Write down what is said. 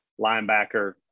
linebacker